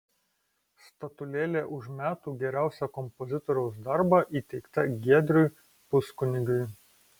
statulėlė už metų geriausią kompozitoriaus darbą įteikta giedriui puskunigiui